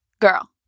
girl